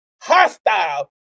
hostile